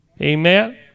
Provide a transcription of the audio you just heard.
amen